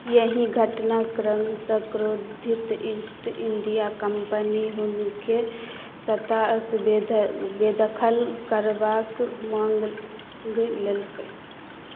एहि घटनाक्रमसँ क्रोधित ईस्ट इन्डिया कम्पनी हुनके सत्तासऽ बेदखल करबाक माङ्ग उठा लेलकै